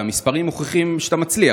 והמספרים מוכיחים שאתה מצליח,